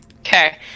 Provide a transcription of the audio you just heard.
Okay